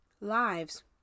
lives